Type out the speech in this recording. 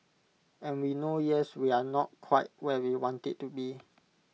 and we know yes we are not quite where we want IT to be